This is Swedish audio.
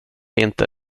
inte